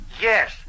Yes